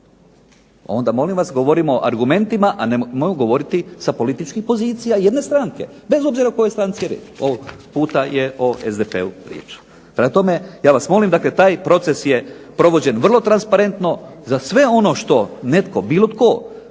Onda molim vas govorimo argumentima, a nemojmo govoriti sa političkih pozicija jedne stranke, bez obzira o kojoj stranci je riječ. ovog puta je o SDP-u riječ. Prema tome, ja vas molim, dakle taj proces je provođen vrlo transparentno, za sve ono što netko, bilo tko